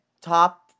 top